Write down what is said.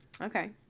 Okay